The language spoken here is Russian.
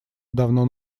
давно